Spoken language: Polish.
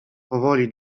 powoli